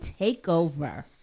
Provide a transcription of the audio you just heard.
takeover